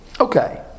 Okay